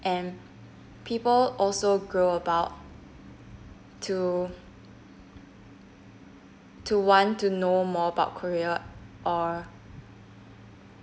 and people also grow about to to want to know more about korea or